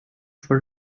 for